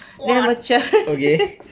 what okay